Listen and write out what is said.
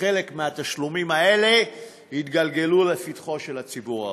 וחלק מהתשלומים האלה יתגלגלו לפתחו של הציבור הרחב.